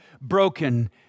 broken